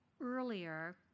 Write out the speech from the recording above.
earlier